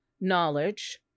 knowledge